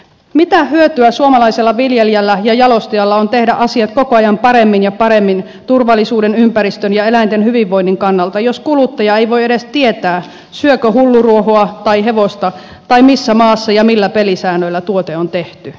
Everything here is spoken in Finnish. mitä hyötyä suomalaisella viljelijällä ja jalostajalla on tehdä asiat koko ajan paremmin ja paremmin turvallisuuden ympäristön ja eläinten hyvinvoinnin kannalta jos kuluttaja ei voi edes tietää syökö hulluruohoa tai hevosta tai missä maassa ja millä pelisäännöillä tuote on tehty